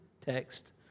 text